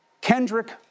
Kendrick